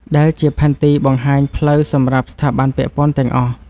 ដែលជាផែនទីបង្ហាញផ្លូវសម្រាប់ស្ថាប័នពាក់ព័ន្ធទាំងអស់។